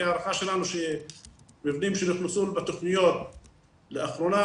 הערכה שלנו שמבנים שנכנסו בתכניות לאחרונה,